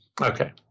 Okay